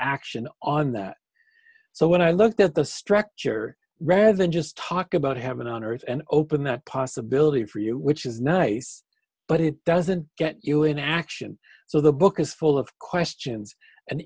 action on that so when i looked at the structure rather than just talk about heaven on earth and open that possibility for you which is nice but it doesn't get you in action so the book is full of questions and